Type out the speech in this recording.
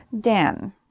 Dan